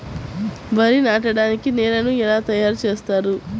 వరి నాటడానికి నేలను ఎలా తయారు చేస్తారు?